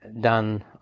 done